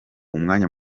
umwanya